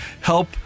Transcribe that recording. help